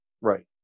Right